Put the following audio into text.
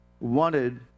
wanted